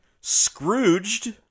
Scrooged